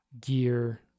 gear